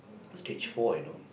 stage four you know